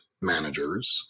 managers